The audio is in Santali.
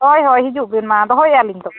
ᱦᱳᱭ ᱦᱳᱭ ᱦᱤᱡᱩᱜ ᱵᱤᱱ ᱢᱟ ᱫᱚᱦᱚᱭᱮᱜᱼᱟ ᱞᱤᱧ ᱛᱚᱵᱮ